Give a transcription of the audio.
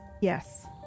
Yes